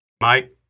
Mike